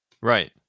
Right